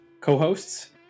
co-hosts